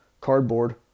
cardboard